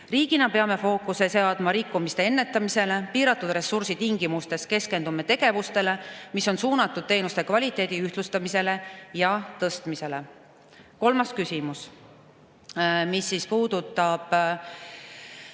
Riigina peame fookuse seadma rikkumiste ennetamisele. Piiratud ressursi tingimustes keskendume tegevustele, mis on suunatud teenuste kvaliteedi ühtlustamisele ja tõstmisele. Kolmas küsimus, mis puudutab